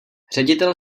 ředitel